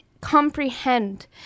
comprehend